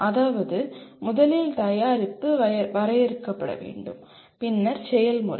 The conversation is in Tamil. அதாவது முதலில் தயாரிப்பு வரையறுக்கப்பட வேண்டும் பின்னர் செயல்முறை